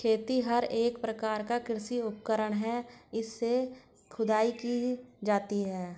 खेतिहर एक प्रकार का कृषि उपकरण है इससे खुदाई की जाती है